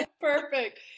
Perfect